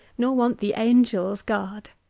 nor want the angels' guard!